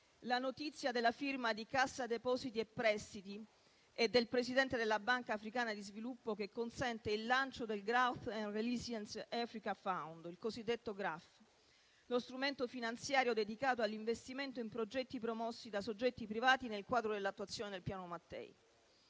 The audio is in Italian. la notizia della firma di Cassa depositi e prestiti e del presidente della Banca africana di sviluppo che consente il lancio del Growth and resilience Africa fund (GRAF), lo strumento finanziario dedicato all'investimento in progetti promossi da soggetti privati nel quadro dell'attuazione del Piano Mattei.